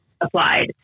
applied